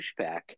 pushback